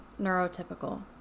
neurotypical